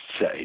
say